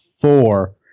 four